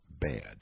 bad